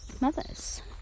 mothers